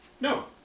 No